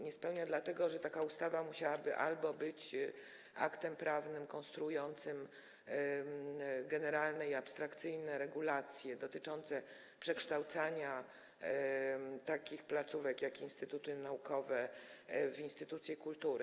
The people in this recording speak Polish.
Nie spełnia dlatego, że taka ustawa musiałaby być aktem prawnym konstruującym generalne i abstrakcyjne regulacje dotyczące przekształcania takich placówek jak instytuty naukowe w instytucje kultury.